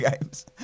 Games